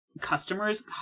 customers